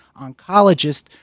oncologist